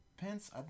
Pence